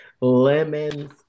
lemons